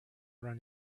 run